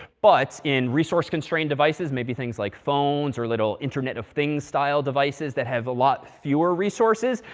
but in resource constrained devices, maybe, things like phones or little internet of things style devices that have a lot fewer resources,